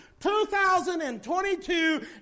2022